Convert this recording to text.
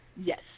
Yes